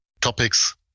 topics